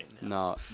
No